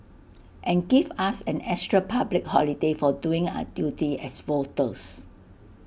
and give us an extra public holiday for doing our duty as voters